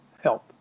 help